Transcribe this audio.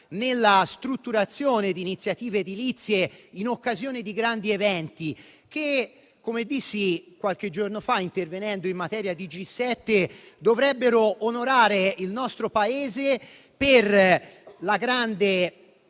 nella strutturazione di iniziative edilizie in occasione di grandi eventi che, come dissi qualche giorno fa intervenendo in materia di G7, dovrebbero onorare il nostro Paese della grande